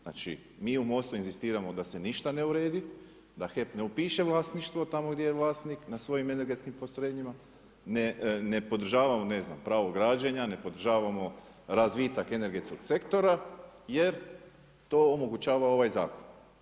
Znači mi u MOST-u inzistiramo da se ništa ne uredi, da HEP ne upiše vlasništvo tamo gdje je vlasnik na svojim energetskim postrojenjima, ne podržavamo ne znam pravo građenja, ne podržavamo razvitak energetskog sektora jer to omogućava ovaj zakon.